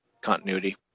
continuity